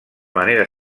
manera